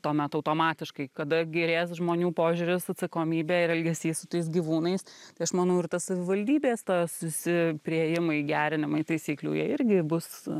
tuomet automatiškai kada gerės žmonių požiūris atsakomybė ir elgesys su tais gyvūnais tai aš manau ir tas savivaldybės ta susi priėjimai gerinimai taisyklių jie irgi bus